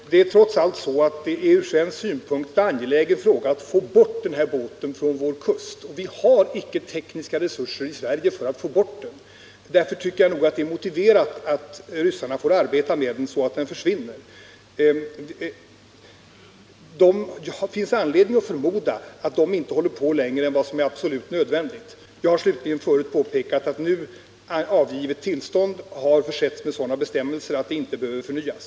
Herr talman! Det är trots allt så att det från svensk synpunkt är angeläget att få bort den här båten från vår kust, och vi har icke tekniska resurser i Sverige för att klara av den saken. Därför tycker jag att det är motiverat att ryssarna får arbeta med bärgningen så att båten försvinner från vår kust. Det finns anledning att förmoda att de inte håller på längre än vad som är absolut nödvändigt. Jag har påpekat att det givna tillståndet har försetts med sådana bestämmelser att det inte behöver förnyas.